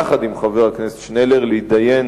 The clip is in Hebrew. יחד עם חבר הכנסת שנלר, להתדיין